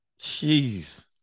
Jeez